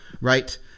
Right